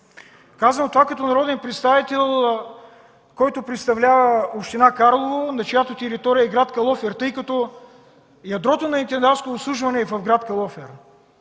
Казвам това като народен представител, който представлява община Карлово, на чиято територия е град Калофер, тъй като ядрото на „Интендантско обслужване” е в град Калофер.